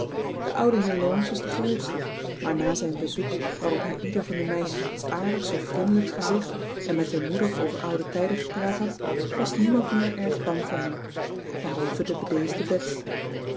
de oude heer laurence was de grootste maar na zijn bezoek waarop hij ieder van de meisjes iets aardigs of vriendelijks gezegd en met hun moeder over oude tijden gepraat had was niemand meer erg bang voor hem behalve de bedeesde bets